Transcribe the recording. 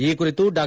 ಈ ಕುರಿತು ಡಾ